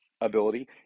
ability